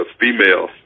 female